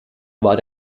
war